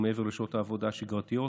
ומעבר לשעות העבודה השגרתיות